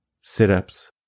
sit-ups